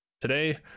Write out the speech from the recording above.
today